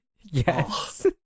Yes